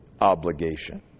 obligation